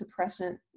suppressant